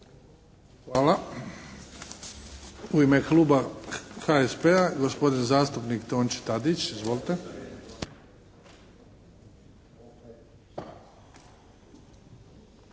Hvala. U ime kluba HSP-a, gospodin zastupnik Tonči Tadić. Izvolite.